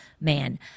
man